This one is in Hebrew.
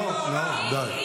הכי ראויים בעולם.